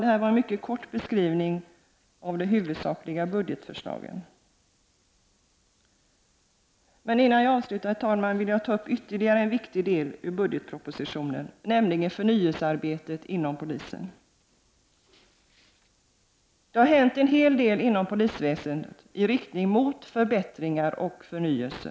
Detta var en mycket kort beskrivning av de viktigaste budgetförslagen. Innan jag slutar vill jag, herr talman, ta upp ytterligare en viktig del i budgetpropositionen, nämligen förnyelsearbetet inom polisen. Det har hänt en hel del inom polisväsendet i riktning mot förbättringar och förnyelse.